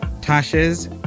Tasha's